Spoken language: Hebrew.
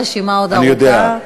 והרשימה עוד ארוכה.